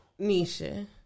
Nisha